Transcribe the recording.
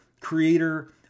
creator